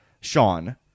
Sean